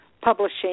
publishing